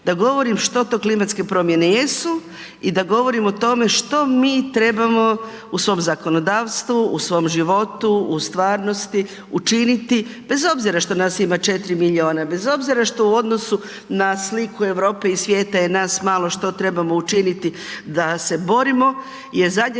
da govorim što to klimatske promjene jesu i da govorim o tome što mi trebamo u svom zakonodavstvu, u svom životu, u stvarnosti učiniti bez obzira što nas ima 4 milijuna, bez obzira što u odnosu na sliku Europe i svijeta je nas malo što trebamo učiniti da se borimo je zadnja